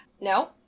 No